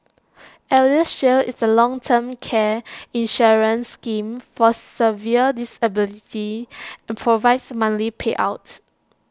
eldershield is A long term care insurance scheme for severe disability and provides monthly payouts